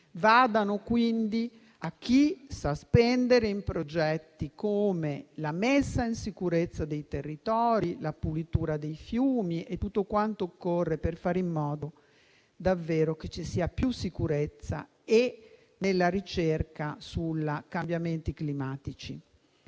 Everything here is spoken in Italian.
vadano a chi sa spendere in progetti come la messa in sicurezza dei territori, la pulitura dei fiumi e tutto quanto occorre per fare in modo che ci sia davvero più sicurezza e ricerca sui cambiamenti climatici.